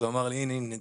אז הוא אמר לי: הנה תראה,